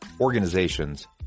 organizations